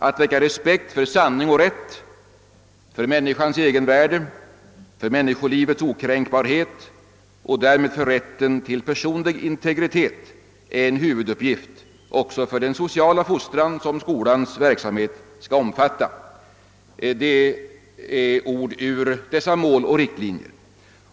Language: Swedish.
Att väcka respekt för sanning och rätt, för människans egenvärde, för människolivets okränkbarhet och därmed för rätten till personlig integritet är en huvuduppgift också för den sociala fostran som skolans verksamhet skall omfatta.» — Detta var ord ur Mål och riktlinjer.